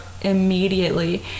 immediately